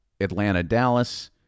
Atlanta-Dallas